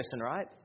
right